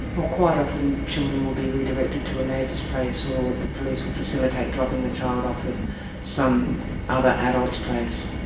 or quite often children will be redirected to a neighbour's place, or the police will facilitate dropping the child off at some other adult's place.